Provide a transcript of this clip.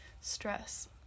stress